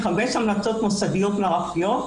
יש חמש המלצות מוסדיות מערכתיות.